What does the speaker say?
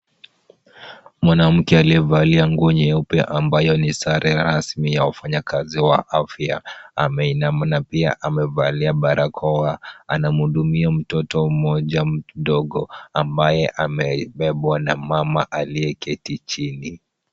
Mwanamke aliyevalia nguo nyeupe ambayo ni sare rasmi ya wafanyikazi wa afya, ameinama na pia amevalia barakoa, anamhudumia mtoto mmoja mdogo ambaye amebebwa na mama aliyeketi chini.